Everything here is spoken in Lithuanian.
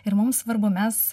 ir mums svarbu mes